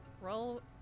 roll